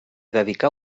dedicà